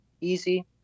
easy